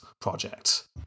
project